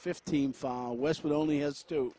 fifteen far west but only has t